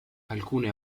alcune